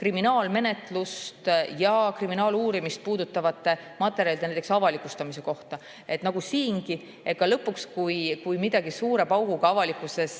kriminaalmenetlust ja kriminaaluurimist puudutavate materjalide avalikustamise kohta nagu siingi. Lõpuks, kui midagi hakkab suure pauguga avalikkuses